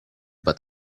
but